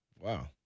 wow